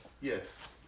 Yes